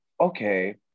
okay